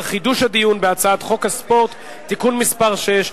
חידוש הדיון בהצעת חוק הספורט (תיקון מס' 6),